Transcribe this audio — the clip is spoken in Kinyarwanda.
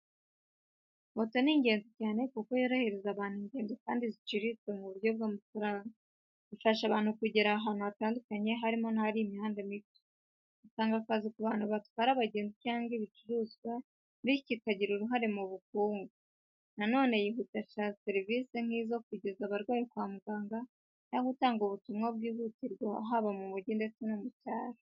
Moto ni ingenzi cyane kuko yorohereza abantu ingendo kandi ziciriritse mu buryo bw’amafaranga. Ifasha abantu kugera ahantu hatandukanye, harimo n’ahari imihanda mito. Itanga akazi ku batwara abagenzi cyangwa ibicuruzwa, bityo ikagira uruhare mu bukungu. Na none yihutisha serivisi nk’izo kugeza abarwayi kwa muganga cyangwa gutanga ubutumwa bwihutirwa haba mu mujyi ndetse no mu cyaro.